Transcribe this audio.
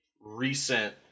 recent –